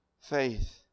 faith